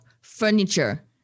furniture